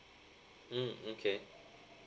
mm okay